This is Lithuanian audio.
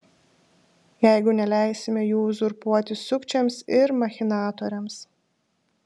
jeigu neleisime jų uzurpuoti sukčiams ir machinatoriams